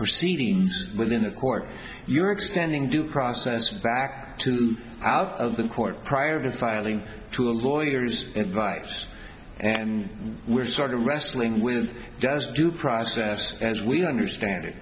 proceeding within the court you're expanding due process back to out of the court prior to filing to a lawyer and vice and we're sort of wrestling with just due process as we understand